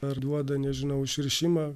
ar duoda nežinau išrišimą